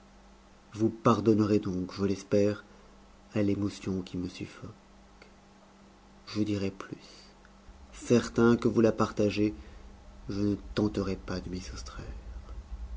vous pardonnerez donc je l'espère à l'émotion qui me suffoque je dirai plus certain que vous la partagez je ne tenterai pas de m'y soustraire